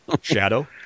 Shadow